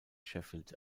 sheffield